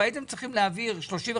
סעיף